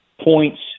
points